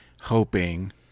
hoping